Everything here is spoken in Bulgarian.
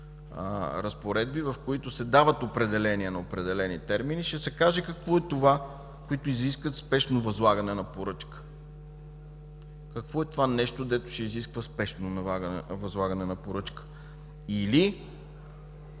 разпоредби, в които се дават определения на определени термини, ще се каже какво е това, което изисква спешно възлагане на поръчка. Какво е това нещо, дето ще изисква спешно възлагане на поръчка? Или